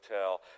tell